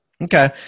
Okay